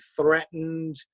threatened